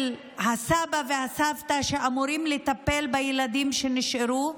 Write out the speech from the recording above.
של הסבא והסבתא שאמורים לטפל בילדים שנשארו,